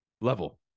level